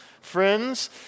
Friends